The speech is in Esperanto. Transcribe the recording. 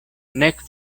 nek